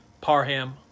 parham